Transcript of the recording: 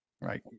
Right